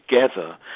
together